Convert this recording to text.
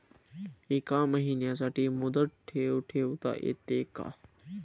एका महिन्यासाठी मुदत ठेव ठेवता येते का?